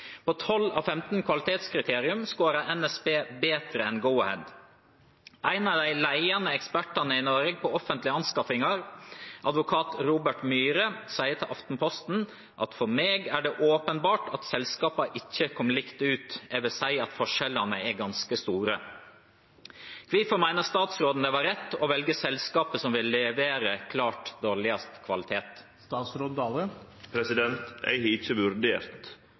På 12 av 15 kvalitetskriterium scora NSB betre enn Go-Ahead. Ein av dei leiande ekspertane i Noreg på offentlege anskaffingar, advokat Robert Myhre, seier til Aftenposten at «for meg er det åpenbart at selskapene ikke kommer likt ut. Jeg vil si at forskjellene er ganske store». Kvifor meiner statsråden det var rett å velje selskapet som vil levere klart dårlegast kvalitet?» Eg har ikkje vurdert